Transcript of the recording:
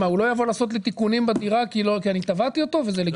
הוא לא יבוא לעשות לי תיקונים בדירה כי אני תבעתי אותו וזה לגיטימי?